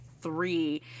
three